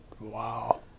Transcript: Wow